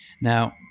Now